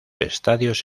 estadios